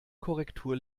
korrektur